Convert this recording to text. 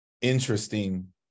interesting